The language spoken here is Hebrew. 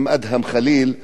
אום-אדהם ח'ליל.